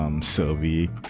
Sylvie